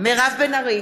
מירב בן ארי,